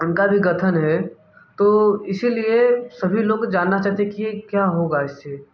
उनका भी कथन है तो इसीलिए सभी लोग जानना चाहते है कि ये क्या होगा इससे